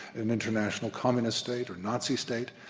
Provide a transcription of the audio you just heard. an international communist state or nazi state.